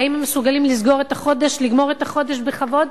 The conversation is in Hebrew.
האם הם מסוגלים לגמור את החודש בכבוד,